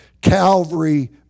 Calvary